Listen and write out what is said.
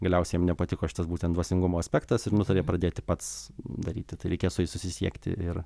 galiausiai jam nepatiko šitas būtent dvasingumo aspektas ir nutarė pradėti pats daryti tai reikia su jais susisiekti ir